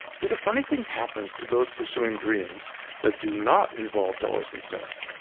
yet a funny thing happens to those pursing dreams that do not involve dollars and cents,